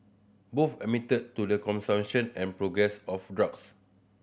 both admitted to the consumption and progress of drugs